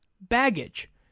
baggage